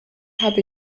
habe